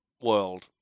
world